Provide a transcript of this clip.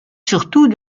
surtout